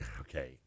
okay